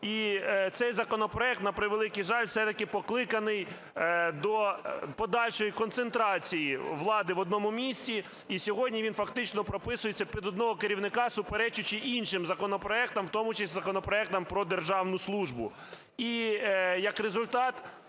І цей законопроект, на превеликий жаль, все-таки покликаний до подальшої концентрації влади в одному місці. І сьогодні він фактично прописується під одного керівника, суперечачи іншим законопроектам, в тому числі законопроектам про державну службу.